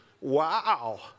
wow